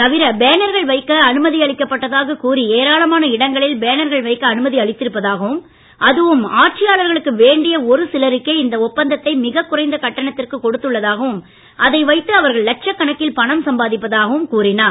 தவிர பேனர்கள் வைக்க அனுமதியளிக்கப்பட்டதாக இடங்களில் பேனர்கள் வைக்க அனுமதி ஏராளமான க மி அளித்திருப்பதாகவும் அதுவும் ஆட்சியாளர்களுக்கு வேண்டிய ஒரு சிலருக்கே அந்த ஒப்பந்தத்தை மிக குறைந்த கட்டணத்திற்கு கொடுத்துள்ளதாகவும் அதை வைத்து அவர்கள் லட்சக்கணக்கில் பணம் சம்பாதிப்பதாகவும் கூறினார்